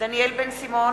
דניאל בן-סימון,